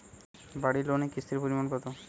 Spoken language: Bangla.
বাড়ি লোনে কিস্তির পরিমাণ কত?